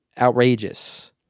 outrageous